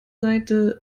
seite